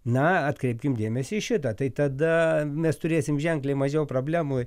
na atkreipkim dėmesį į šitą tai tada mes turėsim ženkliai mažiau problemų